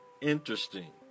interesting